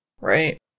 Right